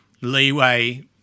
leeway